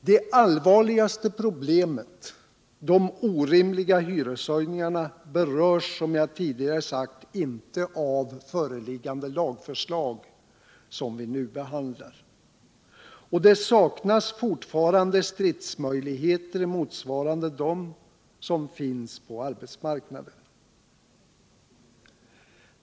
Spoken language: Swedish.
Det allvarligaste problemet — de orimliga hyreshöjningarna — berörs som jag tidigare sagt inte av det lagförslag vi nu behandlar. Och det saknas också fortfarande stridsmöjligheter motsvarande dem som finns på arbetsmarknaden.